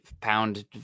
pound